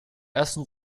ersten